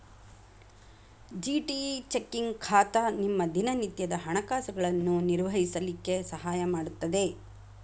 GT checking ಖಾತಾ ನಿಮ್ಮ ದಿನನಿತ್ಯದ ಹಣಕಾಸುಗಳನ್ನು ನಿರ್ವಹಿಸ್ಲಿಕ್ಕೆ ಸಹಾಯ ಮಾಡುತ್ತದೆ